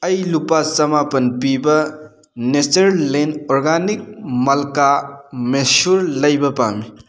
ꯑꯩ ꯂꯨꯄꯥ ꯆꯃꯥꯄꯟ ꯄꯤꯕ ꯅꯦꯆꯔꯂꯦꯟ ꯑꯣꯔꯒꯥꯅꯤꯛ ꯃꯜꯀꯥ ꯃꯦꯁꯨꯔ ꯂꯩꯕ ꯄꯥꯝꯃꯤ